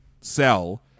sell